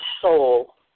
soul